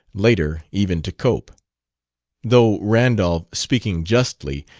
later, even to cope though randolph, speaking justly,